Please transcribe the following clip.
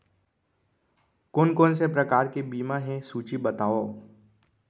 कोन कोन से प्रकार के बीमा हे सूची बतावव?